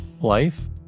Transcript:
Life